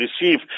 receive